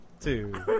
two